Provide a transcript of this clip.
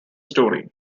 story